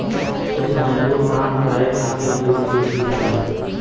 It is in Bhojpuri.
कुछ मजदूर काम करे खातिर दूर दूर भी जालन